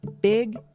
Big